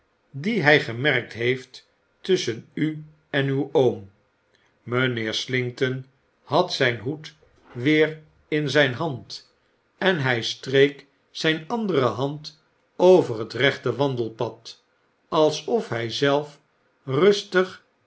die hy gemerkt heeft tusschen u en uw oom mijnheer slinkton had zijn hoed weer in zyn hand en hy streek zyn andere hand over het rechte wandelpad alsof hy zelf rustig